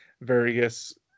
various